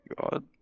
god